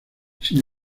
sin